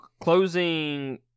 closing